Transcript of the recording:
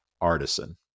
artisan